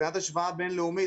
מבחינת השוואה בין-לאומית,